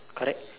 correct